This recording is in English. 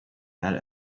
that